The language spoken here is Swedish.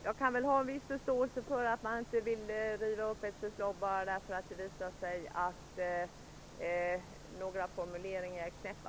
Jag kan ha en viss förståelse för att man inte vill riva upp ett förslag bara därför att det visar sig att några formuleringar är knäppa.